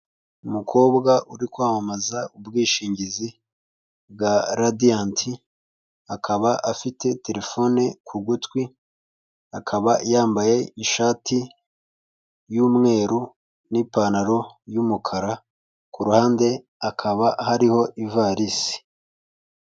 Umukobwa uri kwamamaza ubwishingizi bwa Radiant akaba afite telefone ku gutwi, akaba yambaye ishati y'umweru n'ipantaro y'umukara. Ku ruhande hakaba hariho ivarisi.